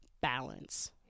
balance